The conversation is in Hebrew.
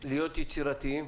להיות יצירתיים,